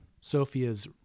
Sophia's